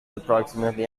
approximately